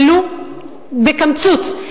ולו בקמצוץ,